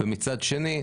ומצד שני,